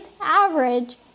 average